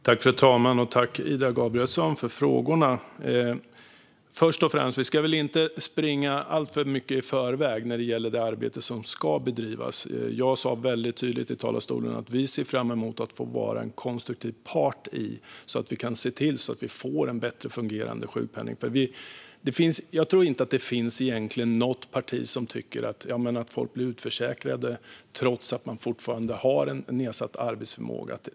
Fru talman! Tack, Ida Gabrielsson, för frågorna! Först och främst ska vi väl inte springa i förväg alltför mycket när det gäller det arbete som ska bedrivas. Jag sa väldigt tydligt i talarstolen att vi ser fram emot att få vara en konstruktiv part så att vi kan se till att vi får en bättre fungerande sjukpenning. Jag tror inte att det egentligen finns något parti som tycker att det är rimligt att folk blir utförsäkrade trots att de fortfarande har nedsatt arbetsförmåga.